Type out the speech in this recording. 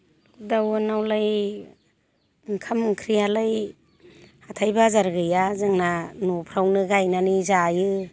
लकडाउनावलाय ओंखाम ओंख्रियालाय हाथाय बाजार गैया जोंना न'फ्रावनो गायनानै जायो